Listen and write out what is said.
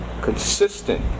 consistent